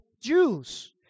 Jews